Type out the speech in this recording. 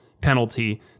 penalty